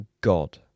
God